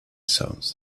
sounds